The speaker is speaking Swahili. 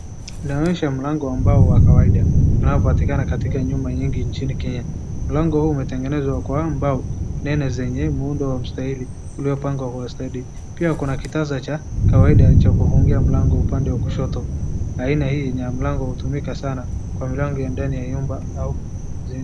Inaonyesha mlango ambao ni wa kawaida unaopatikana katika nyumba nyingi nchini Kenya. Mlango huu umetengenezwa kwa mbao, na aina zenye muundo unaostahili uliopangwa kwa ustadi. Pia kuna kikaza cha kawaida cha kufungia mlango upande wa kushoto. Aina hii ya mlango hutumika sana kwa milango ya ndani ya nyumba.